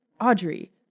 Audrey